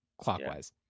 clockwise